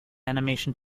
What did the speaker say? animation